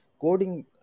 coding